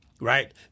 Right